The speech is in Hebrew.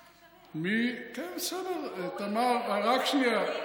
טוב, בסדר, תמר, רק שנייה.